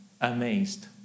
amazed